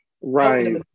Right